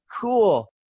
cool